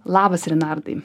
labas rinardai